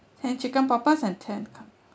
ten chicken poppers and ten